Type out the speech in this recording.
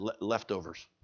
leftovers